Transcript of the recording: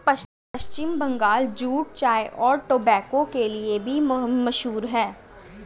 पश्चिम Bangal jute चाय और tobacco के लिए भी मशहूर है